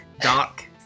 dark